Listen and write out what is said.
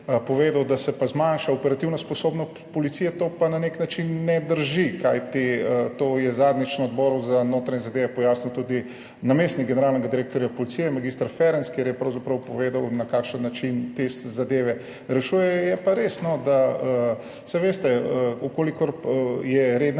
povedali, da se zmanjša operativna sposobnost policije, to pa na nek način ne drži, kajti to je zadnjič na Odboru za notranje zadeve pojasnil tudi namestnik generalnega direktorja Policije mag. Ferenc, kjer je pravzaprav povedal, na kakšen način te zadeve rešujejo. Je pa res, saj veste, če je redne